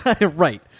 Right